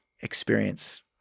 experience